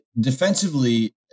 defensively